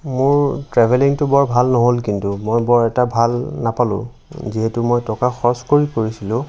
মোৰ ট্ৰেভেলিঙটো বৰ ভাল নহ'ল কিন্তু মই বৰ এটা ভাল নাপালোঁ যিহেতু মই টকা খৰচ কৰি কৰিছিলোঁ